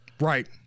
Right